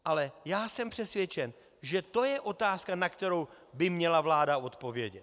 Ale já jsem přesvědčen, že to je otázka, na kterou by měla vláda odpovědět.